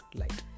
light